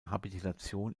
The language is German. habilitation